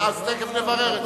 אז תיכף נברר את זה.